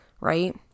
right